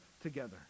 together